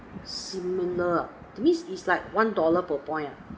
similar ah that means is like one dollar per point ah